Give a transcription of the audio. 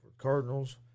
Cardinals